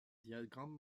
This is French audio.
diagrammes